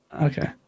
Okay